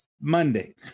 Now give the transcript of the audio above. Monday